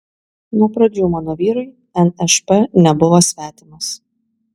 nuo pradžių mano vyrui nšp nebuvo svetimas